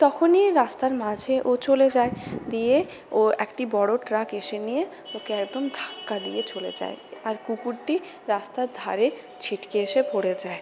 তখনই রাস্তার মাঝে ও চলে যায় দিয়ে ও একটি বড়ো ট্রাক এসে নিয়ে ওকে একদম ধাক্কা দিয়ে চলে যায় আর কুকুরটি রাস্তার ধরে ছিটকে এসে পড়ে যায়